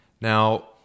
Now